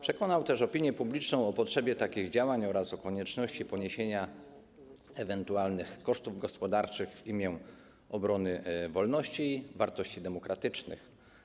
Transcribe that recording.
Przekonał też opinię publiczną o potrzebie takich działań oraz o konieczności poniesienia ewentualnych kosztów gospodarczych w imię obrony wolności i wartości demokratycznych.